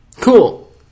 Cool